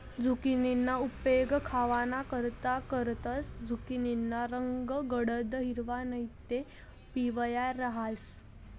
झुकिनीना उपेग खावानाकरता करतंस, झुकिनीना रंग गडद हिरवा नैते पिवया रहास